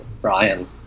Brian